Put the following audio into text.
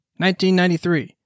1993